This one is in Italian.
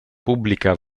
pubblica